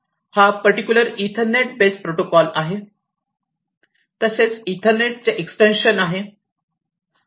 हा particular ethernet base protocol आहे तसेच ईथरनेट चे एक्सटेन्शन आहे